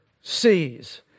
sees